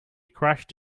crashed